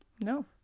No